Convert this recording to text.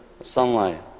sunlight